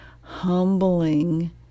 humbling